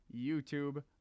YouTube